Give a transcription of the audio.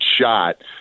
shot